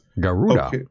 Garuda